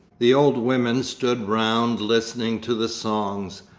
the old women stood round listening to the songs.